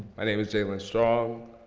my name is jaylen strong.